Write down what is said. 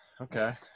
Okay